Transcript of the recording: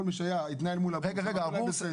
כל מי שהיה התנהל מול הבורסה והכול בסדר,